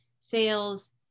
sales